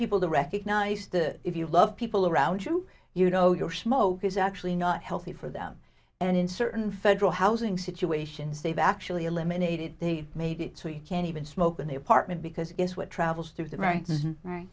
people to recognize that if you love people around you you know you're smoke is actually not healthy for them and in certain federal housing situations they've actually eliminated they made it so you can't even smoke in the apartment because it's what travels through the r